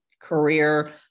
career